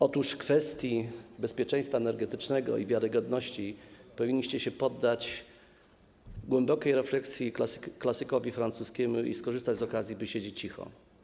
Otóż w kwestii bezpieczeństwa energetycznego i wiarygodności powinniście się poddać głębokiej refleksji klasyka francuskiego i skorzystać z okazji, by siedzieć cicho.